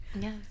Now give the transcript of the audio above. yes